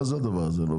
מה זה הדבר הזה?